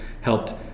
helped